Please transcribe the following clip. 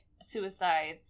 suicide